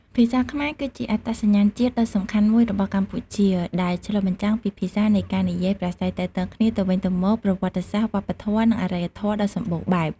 ភាសាខ្មែរគឺជាអត្តសញ្ញាណជាតិដ៏សំខាន់មួយរបស់កម្ពុជា ដែលឆ្លុះបញ្ចាំងពីភាសារនៃការនិយាយប្រាស្រ័យទាក់ទងគ្នាទៅវិញទៅមក ប្រវត្តិសាស្ត្រ វប្បធម៌ និងអរិយធម៌ដ៏សម្បូរបែប។